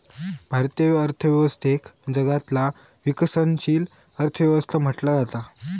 भारतीय अर्थव्यवस्थेक जगातला विकसनशील अर्थ व्यवस्था म्हटला जाता